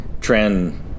trend